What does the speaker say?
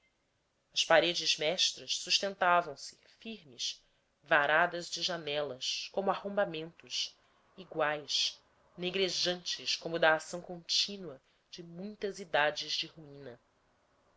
as paredes mestras sustentavam se firmes varadas de janelas como arrombamentos iguais negrejantes como da ação continua de muitas idades de ruína